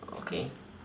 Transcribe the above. okay